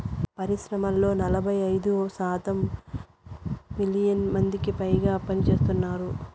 పరిశ్రమల్లో నలభై ఐదు శాతం మిలియన్ల మందికిపైగా పనిచేస్తున్నారు